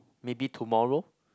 maybe tomorrow